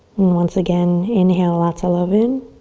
once again, inhale lots of love in.